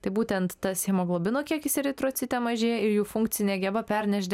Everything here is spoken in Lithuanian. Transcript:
tai būtent tas hemoglobino kiekis eritrocite mažėja ir jų funkcinė geba pernešti